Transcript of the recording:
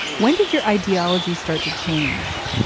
when did your ideology start to change?